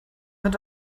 mit